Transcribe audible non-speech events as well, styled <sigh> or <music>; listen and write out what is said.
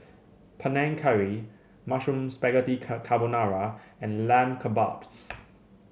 Panang Curry Mushroom Spaghetti <unintelligible> Carbonara and Lamb Kebabs <noise>